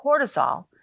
cortisol